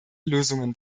lösungen